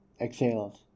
exhaled